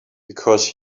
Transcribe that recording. because